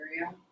area